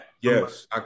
Yes